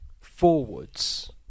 forwards